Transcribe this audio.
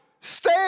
stay